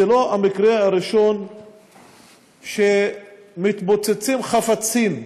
זה לא המקרה הראשון שמתפוצצים חפצים,